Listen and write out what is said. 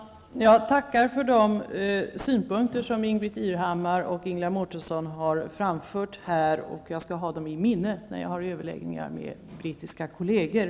Herr talman! Jag tackar för de synpunkter som Ingbritt Irhammar och Ingela Mårtensson har framfört här. Jag skall ha dem i minnet när jag har överläggningar med mina brittiska kolleger.